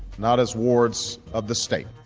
not as wards of the state.